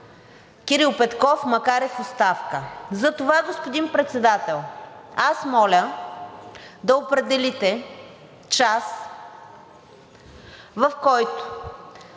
Кирил Петков, макар и в оставка. Затова, господин Председател, аз моля да определите час, в който